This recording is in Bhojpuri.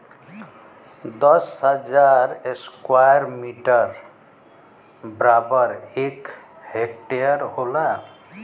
दस हजार स्क्वायर मीटर बराबर एक हेक्टेयर होला